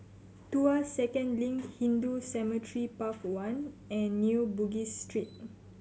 Tuas Second Link Hindu Cemetery Path One and New Bugis Street